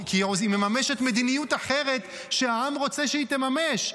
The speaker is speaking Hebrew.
כי היא מממשת מדיניות אחרת שהעם רוצה שהיא תממש.